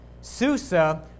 Susa